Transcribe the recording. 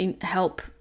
help